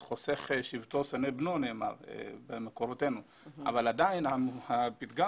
נאמר במקורותינו שחוסך שבטו שונא בנו אבל עדיין הפתגם